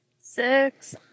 Six